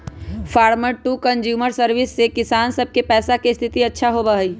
farmer to consumer service से किसान सब के पैसा के स्थिति अच्छा होबा हई